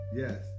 yes